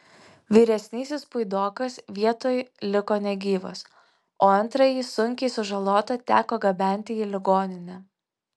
vyresnysis puidokas vietoj liko negyvas o antrąjį sunkiai sužalotą teko gabenti į ligoninę